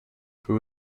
who